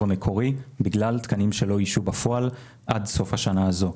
המקורי בגלל תקנים שלא אוישו בפועל עד סוף השנה הזאת.